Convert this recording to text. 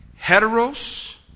heteros